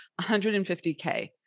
150K